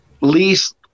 least